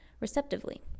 receptively